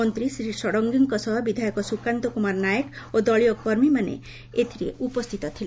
ମନ୍ତୀ ଶ୍ରୀ ଷଡଙ୍ଗୀଙ୍କ ସହ ବିଧାୟକ ସୁକାନ୍ତ କୁମାର ନାୟକ ଓ ଦଳୀୟ କମୀମାନେ ଉପସ୍ଥିତ ଥିଲେ